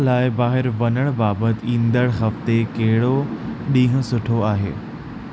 pizza लाइ ॿाहिरि वञण बाबति ईंदड़ हफ़्ते कहिड़ो ॾींहुं सुठो आहे